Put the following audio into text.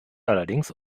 allerdings